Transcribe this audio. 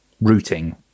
routing